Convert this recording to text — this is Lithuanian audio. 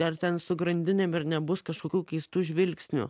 ar ten su grandinėm ir nebus kažkokių keistų žvilgsnių